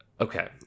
Okay